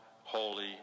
holy